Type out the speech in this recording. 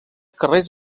carrers